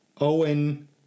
Owen